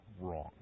wrong